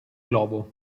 globo